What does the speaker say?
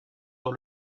dans